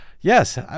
yes